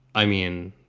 i mean,